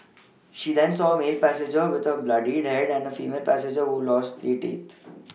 she then saw a male passenger with a bloodied head and a female passenger who lost three teeth